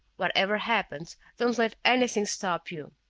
whatever happens, don't let anything stop you.